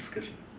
excuse me